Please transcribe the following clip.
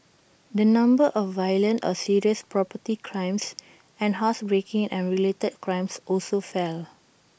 the number of violent or serious property crimes and housebreaking and related crimes also fell